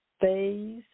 phase